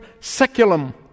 seculum